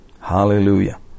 Hallelujah